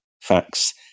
facts